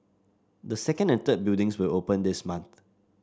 the second and third buildings will open this month